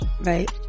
Right